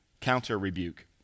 counter-rebuke